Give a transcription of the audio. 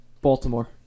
Baltimore